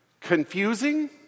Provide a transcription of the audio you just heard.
Confusing